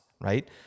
right